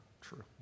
true